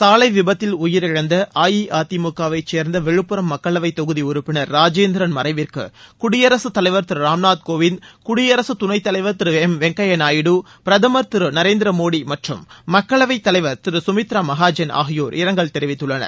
சாலை விபத்தில் உயிரிழந்த அஇஅதிமுக வை சேர்ந்த விழுப்புரம் மக்களவைத் தொகுதி உறுப்பினர் ராஜேந்திரள் மறைவிற்கு குடியரசுத் தலைவர் திரு ராம்நாத் கோவிந்த் குடியரசுத் துணைத்தலைவர் திரு எம்வெங்கைபா நாயுடு பிரதமர் திரு நரேந்திர மோடி மற்றம் மக்களவை அவை தலைவர் சுமித்ரா மனஜன் ஆகியோர் இரங்கல் தெரிவித்துள்ளனர்